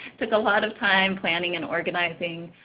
took a lot of time planning and organizing.